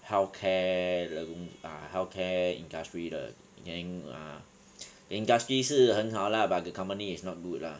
healthcare mm ah healthcare industry 的 then ah industry 是很好 lah but the company is not good lah